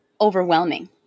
overwhelming